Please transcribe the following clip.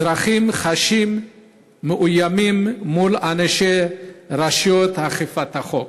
אזרחים חשים מאוימים מול אנשי רשויות אכיפת החוק.